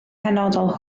penodol